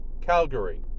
Calgary